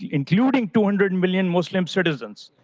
including two hundred and million muslim citizens.